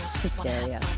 hysteria